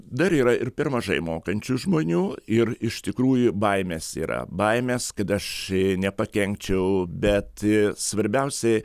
dar yra ir per mažai mokančių žmonių ir iš tikrųjų baimės yra baimės kad aš nepakenkčiau bet svarbiausia